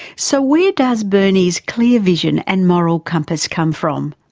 so where does bernie's clear vision and moral compass come from?